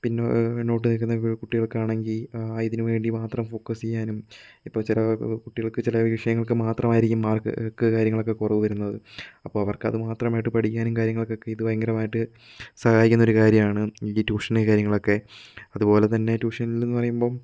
പിന്നോട്ട് നിൽക്കുന്ന കുട്ടികൾക്ക് ആണെങ്കിൽ ഇതിന് വേണ്ടി മാത്രം ഫോക്കസ് ചെയ്യാനും ഇപ്പോൾ ചില കുട്ടികൾക്ക് ചില വിഷയങ്ങൾക്ക് മാത്രമായിരിക്കും മാർക്ക് കാര്യങ്ങളൊക്കെ കുറവ് വരുന്നത് അപ്പോൾ അവർക്ക് അത് മാത്രമായിട്ട് പഠിക്കാനും കാര്യങ്ങൾക്ക് ഒക്കെ ഇത് ഭയങ്കരമായിട്ട് സഹായിക്കുന്ന ഒരു കാര്യമാണ് ഈ ട്യൂഷൻ കാര്യങ്ങളൊക്കെ അതുപോലെ തന്നെ ട്യൂഷനിൽ എന്ന് പറയുമ്പോൾ